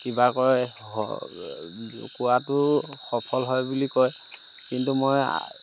কিবা কৰে কোৱাটো সফল হয় বুলি কয় কিন্তু মই